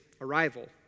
arrival